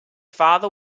father